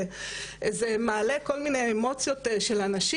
זה מעלה כל מיני אמוציות של הנשים.